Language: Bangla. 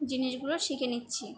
জিনিসগুলো শিখে নিচ্ছি